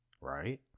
Right